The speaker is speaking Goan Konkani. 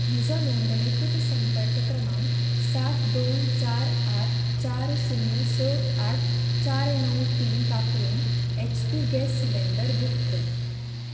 म्हजो नोंदणीकृत संपर्क क्रमांक सात दोन चार आठ चार शुन्य स आठ चार णव तीन वापरून H P gas cylinder book कर